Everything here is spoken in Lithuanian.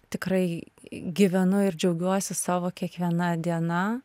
tikrai gyvenu ir džiaugiuosi savo kiekviena diena